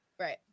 Right